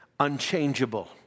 unchangeable